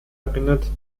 erinnert